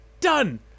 Done